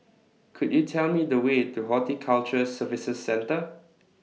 Could YOU Tell Me The Way to Horticulture Services Centre